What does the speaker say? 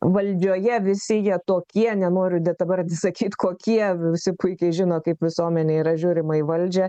valdžioje visi jie tokie nenoriu dabar sakyt kokie visi puikiai žino kaip visuomenėj yra žiūrima į valdžią